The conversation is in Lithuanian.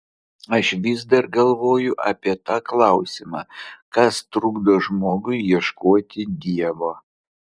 aš vis dar galvoju apie tą klausimą kas trukdo žmogui ieškoti dievo